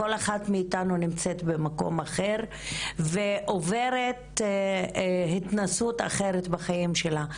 כל אחת מאיתנו נמצאת במקום אחר ועוברת התנסות אחרת בחיים שלה,